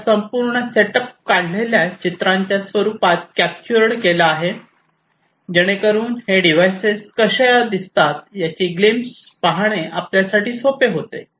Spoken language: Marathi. मी हा संपूर्ण सेटअप काढलेल्या चित्रांच्या रूपात कॅपट्युअर्ड केला आहे जेणेकरुन ही डिव्हाइसेस कशा दिसतात याची ग्लिम्प्से पाहणे आपल्यासाठी सोपे होते